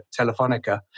Telefonica